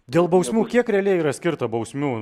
dėl bausmių kiek realiai yra skirta bausmių